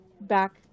back